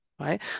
right